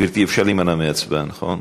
גברתי, אפשר להימנע מהצבעה, נכון?